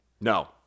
No